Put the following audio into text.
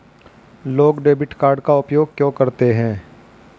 लोग debit card का उपयोग क्यों करते हैं?